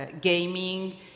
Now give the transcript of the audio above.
gaming